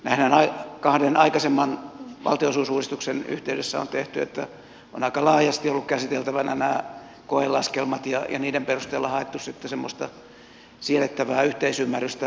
näinhän kahden aikaisemman valtionosuusuudistuksen yhteydessä on tehty että ovat aika laajasti olleet käsiteltävänä nämä koelaskelmat ja niiden perusteella on haettu sitten semmoista siedettävää yhteisymmärrystä